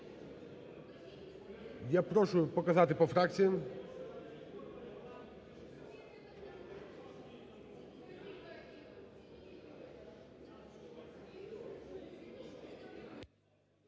Я прошу показати по фракціям.